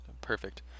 Perfect